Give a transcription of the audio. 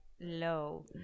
low